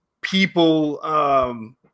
people